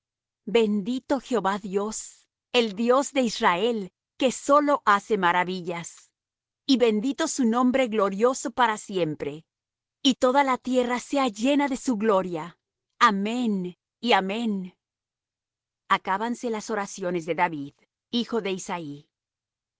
bendito jehová dios el dios de israel que solo hace maravillas y bendito su nombre glorioso para siempre y toda la tierra sea llena de su gloria amén y amén acábanse las oraciones de david hijo de isaí